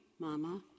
mama